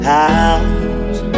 House